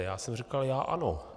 Já jsem říkal, já ano.